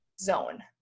zone